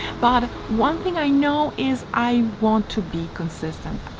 but one thing i know is i want to be consistent.